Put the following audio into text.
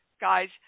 guys